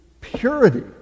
purity